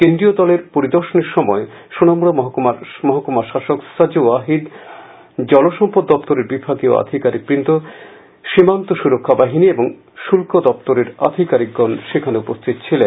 কেন্দ্রীয় দলের পরিদর্শনের সময় সোনামুড়া মহকুমার মহকুমাশাসক সাজু ওয়াহিদ জলসম্পদ দপ্তরের বিভাগীয় আধিকারিক সীমান্ত সুরক্ষা বাহিনী এবং শুক্ল দপ্তরের আধিকারিকগণ উপস্হিত ছিলেন